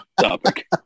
Topic